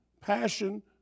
Passion